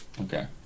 Okay